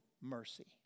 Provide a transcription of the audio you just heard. mercy